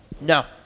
no